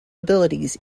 abilities